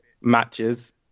matches